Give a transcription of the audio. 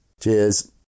cheers